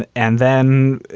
and and then,